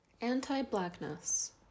Anti-Blackness